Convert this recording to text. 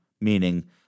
meaning